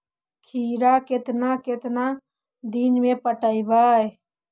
खिरा केतना केतना दिन में पटैबए है?